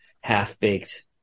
half-baked